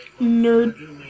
Nerd